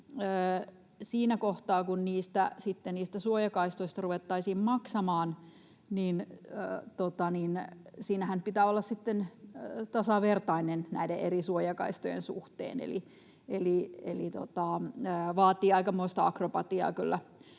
siinä kohtaahan, kun sitten niistä suojakaistoista ruvettaisiin maksamaan, pitää olla sitten tasavertainen näiden eri suojakaistojen suhteen. Eli vaatii aikamoista akrobatiaa